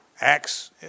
Acts